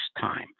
time